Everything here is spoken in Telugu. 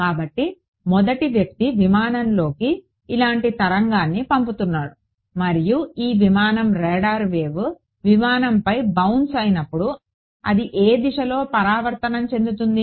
కాబట్టి మొదటి వ్యక్తి విమానంలోకి ఇలాంటి తరంగాన్ని పంపుతున్నాడు మరియు ఈ విమానం రాడార్ వేవ్ విమానంపై బౌన్స్ అయినప్పుడు అది ఏ దిశలో పరావర్తనం చెందుతుంది